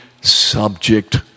subject